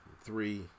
Three